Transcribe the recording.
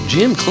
Jim